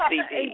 cd